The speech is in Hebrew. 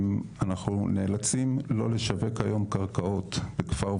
אנחנו נאלצים לא לשווק היום קרקעות בכפר ורדים.